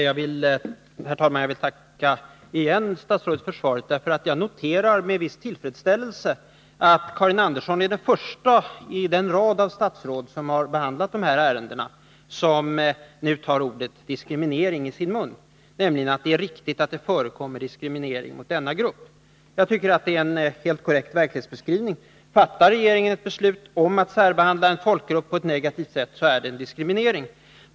Herr talman! Jag vill återigen tacka statsrådet för svaret. Jag noterar med viss tillfredsställelse att Karin Andersson är den första i en lång rad av statsråd, som har behandlat ärenden av det här slaget, som nu tar ordet diskriminering i sin mun. Hon säger nämligen att det är riktigt att det förekommer diskriminering mot denna grupp. Jag tycker att det är en helt korrekt verklighetsbeskrivning. Fattar regeringen ett beslut om att särbehandla en folkgrupp på ett negativt sätt, så är det diskriminering.